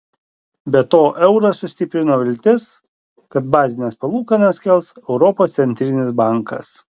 be to eurą sustiprino viltis kad bazines palūkanas kels europos centrinis bankas